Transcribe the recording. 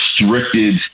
restricted